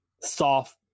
soft